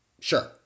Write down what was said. sure